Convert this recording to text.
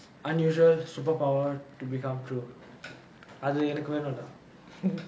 unusual superpower to become true அது எனக்கு வேனுன்டா:athu enakku venundaa